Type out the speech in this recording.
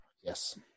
yes